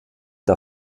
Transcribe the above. der